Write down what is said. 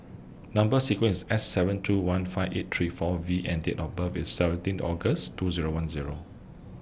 Number sequence IS S seven two one five eight three four V and Date of birth IS seventeen August two Zero one Zero